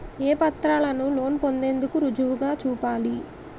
ఏ పత్రాలను లోన్ పొందేందుకు రుజువుగా చూపాలి?